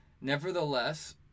Nevertheless